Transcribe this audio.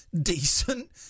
decent